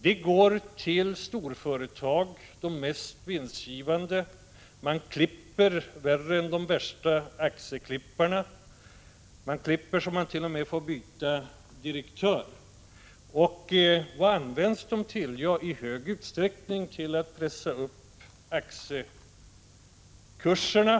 De går till de mest vinstgivande storföretagen. Man klipper värre än de värsta aktieklipparna. Man klipper så att man t.o.m. får byta direktör. Och vad används pengarna till? Ja, i stor utsträckning till att pressa upp aktiekurserna.